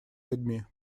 людьми